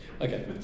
Okay